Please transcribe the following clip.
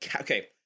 okay